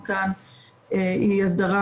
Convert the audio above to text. אבל היישום יתחיל.